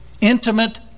intimate